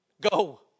Go